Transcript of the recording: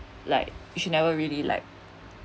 like you should never really like